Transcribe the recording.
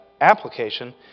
application